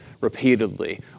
repeatedly